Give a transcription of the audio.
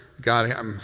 God